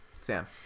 sam